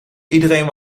iedereen